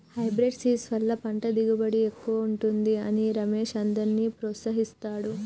hybrid seeds వల్ల పంట దిగుబడి ఎక్కువుంటది అని రమేష్ అందర్నీ ప్రోత్సహిస్తాడు